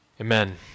Amen